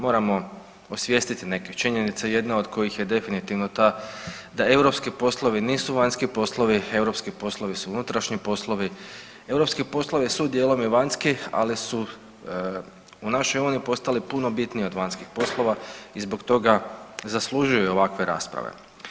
Moramo osvijestiti neke činjenica, jedna od kojih je definitivno ta da europski poslovi nisu vanjski poslovi, europski poslovi su unutrašnji poslovi europski poslovi su dijelom i vanjski, ali su u našoj uniji postali puno bitniji od vanjskih poslova i zbog toga zaslužuju ovakve rasprave.